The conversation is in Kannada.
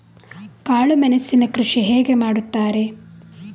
ಕಾಳು ಮೆಣಸಿನ ಕೃಷಿ ಹೇಗೆ ಮಾಡುತ್ತಾರೆ?